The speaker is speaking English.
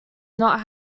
not